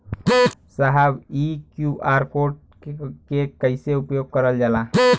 साहब इ QR code के कइसे उपयोग करल जाला?